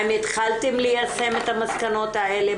האם התחלתם ליישם את המסקנות האלה?